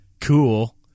cool